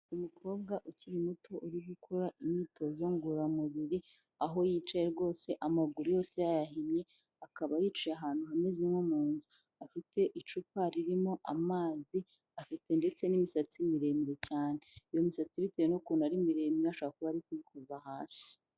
Umukobwa ukiri muto uri gukora imyitozo ngororamubiri aho yicaye rwose amaguru yose yayahinnye akaba yicaye ahantu hameze nko mu nzu, afite icupa ririmo amazi afite ndetse n'imisatsi miremire cyane ,iyo misatsi bitewe n'ukuntu ari miremire, ashobora kuba ari kuyikoza hasi.